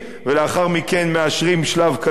ולאחר מכן מאשרים שלב כזה,